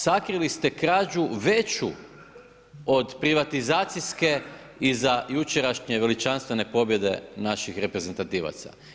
Sakrili ste krađu veću od privatizacijske i za jučerašnje veličanstvene pobjede naših reprezentativaca.